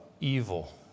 evil